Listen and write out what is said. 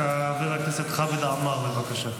חבר הכנסת חמד עמאר, בבקשה.